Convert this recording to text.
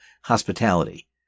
hospitality